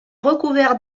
recouvert